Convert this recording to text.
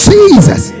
Jesus